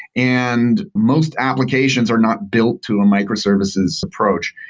and most applications are not built to a micro services approach.